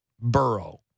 Burrow